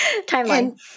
Timeline